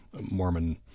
Mormon